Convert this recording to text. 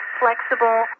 flexible